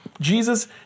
Jesus